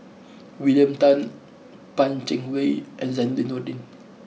William Tan Pan Cheng Lui and Zainudin Nordin